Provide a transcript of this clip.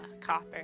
Copper